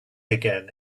again